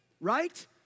right